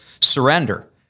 Surrender